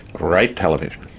great television.